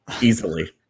Easily